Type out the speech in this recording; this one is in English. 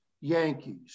yankees